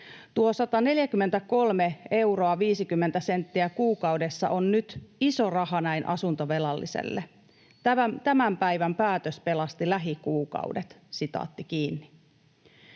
Tuo 143 euroa 50 senttiä kuukaudessa on nyt iso raha näin asuntovelalliselle. Tämän päivän päätös pelasti lähikuukaudet.” ”Nyt jo on